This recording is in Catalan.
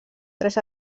tres